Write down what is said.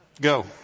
Go